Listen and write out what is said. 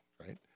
right